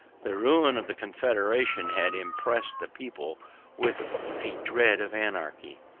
the ruin of the confederation had impressed the people with a dread of anarchy,